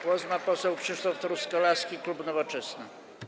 Głos ma poseł Krzysztof Truskolaski, klub Nowoczesna.